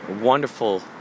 wonderful